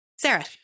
sarah